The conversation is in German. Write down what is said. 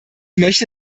möchte